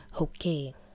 Okay